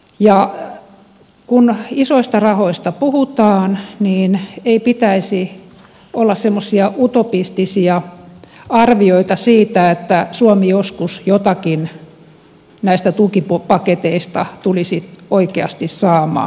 ja kun isoista rahoista puhutaan niin ei pitäisi olla semmoisia utopistisia arvioita siitä että suomi joskus jotakin näistä tukipaketeista tulisi oikeasti saamaan